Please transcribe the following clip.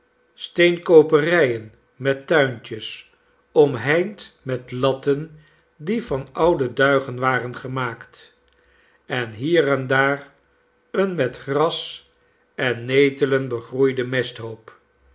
steenkooperijen met tuintjes omheind met latten die van oude duigen waren gemaakt en hier en daar een met gras en netelen begroeide